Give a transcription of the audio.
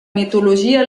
mitologia